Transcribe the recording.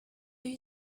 you